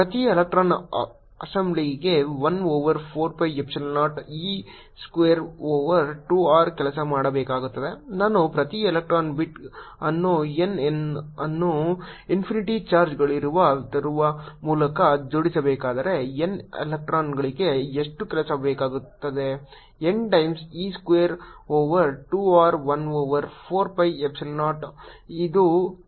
ಪ್ರತಿ ಎಲೆಕ್ಟ್ರಾನ್ ಅಸೆಂಬ್ಲಿಗೆ 1 over 4 pi epsilon 0 e square over 2 r ಕೆಲಸ ಮಾಡಬೇಕಾಗುತ್ತದೆ ನಾನು ಪ್ರತಿ ಎಲೆಕ್ಟ್ರಾನ್ ಬಿಟ್ ಅನ್ನು n ಅನ್ನು ಇನ್ಫಿನಿಟಿ ಚಾರ್ಜ್ಗಳಲ್ಲಿ ತರುವ ಮೂಲಕ ಜೋಡಿಸಬೇಕಾದರೆ n ಎಲೆಕ್ಟ್ರಾನ್ಗಳಿಗೆ ಇಷ್ಟು ಕೆಲಸ ಬೇಕಾಗುತ್ತದೆ n times e square over 2 r 1 over 4 pi epsilon 0